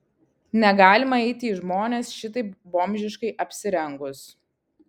negalima eiti į žmones šitaip bomžiškai apsirengus